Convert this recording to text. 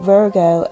Virgo